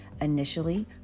Initially